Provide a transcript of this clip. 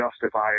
justify